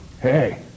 hey